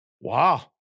Wow